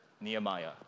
Nehemiah